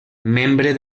membre